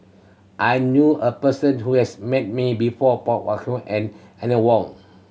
I knew a person who has met Hong and Eleanor Wong